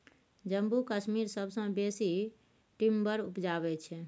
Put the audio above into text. जम्मू कश्मीर सबसँ बेसी टिंबर उपजाबै छै